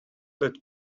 that